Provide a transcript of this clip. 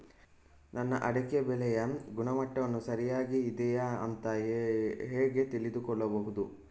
ನನ್ನ ಅಡಿಕೆ ಬೆಳೆಯ ಗುಣಮಟ್ಟ ಸರಿಯಾಗಿ ಇದೆಯಾ ಅಂತ ಹೇಗೆ ತಿಳಿದುಕೊಳ್ಳುವುದು?